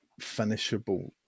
finishable